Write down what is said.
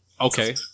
Okay